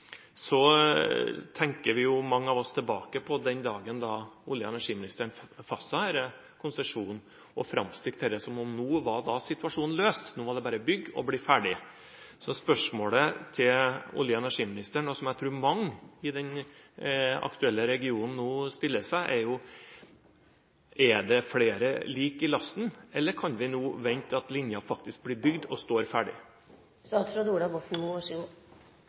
mange av oss tilbake på den dagen da olje- og energiministeren fastsatte denne konsesjonen og framstilte det som at nå var situasjonen løst, nå var det bare å bygge og bli ferdig. Så spørsmålet til olje- og energiministeren, som jeg tror mange i den aktuelle regionen nå stiller seg, er: Er det flere lik i lasten, eller kan vi nå vente at linjen faktisk blir bygd og står